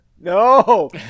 No